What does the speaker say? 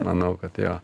manau kad jo